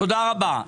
תודה רבה.